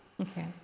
okay